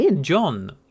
John